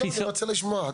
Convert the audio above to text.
אני רוצה לשמוע,